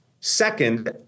Second